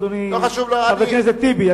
אדוני חבר הכנסת טיבי,